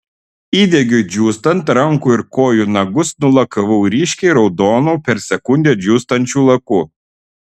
įdegiui džiūstant rankų ir kojų nagus nulakavau ryškiai raudonu per sekundę džiūstančių laku